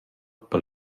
pel